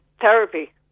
therapy